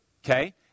Okay